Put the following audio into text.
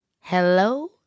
Hello